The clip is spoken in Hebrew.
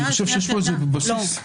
אני חושב שיש פה איזה בסיס --- שנייה.